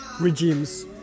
regimes